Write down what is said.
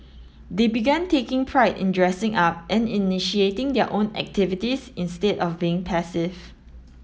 they began taking pride in dressing up and initiating their own activities instead of being passive